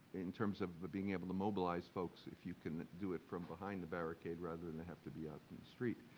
in terms of being able to mobilize folks, if you can do it from behind the barricade rather than they have to be out in the street.